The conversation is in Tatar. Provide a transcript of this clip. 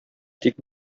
тик